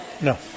No